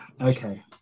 okay